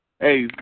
Hey